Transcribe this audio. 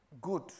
good